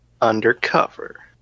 Undercover